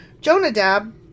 Jonadab